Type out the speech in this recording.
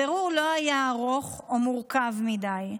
הבירור לא היה ארוך או מורכב מדי.